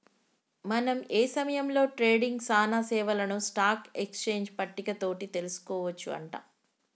మనం ఏ సమయంలో ట్రేడింగ్ సానా సేవలను స్టాక్ ఎక్స్చేంజ్ పట్టిక తోటి తెలుసుకోవచ్చు అంట